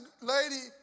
lady